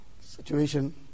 situation